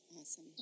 Awesome